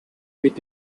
mit